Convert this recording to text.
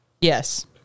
Yes